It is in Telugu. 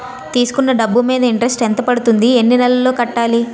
తీసుకున్న డబ్బు మీద ఇంట్రెస్ట్ ఎంత పడుతుంది? ఎన్ని నెలలో కట్టాలి?